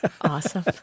Awesome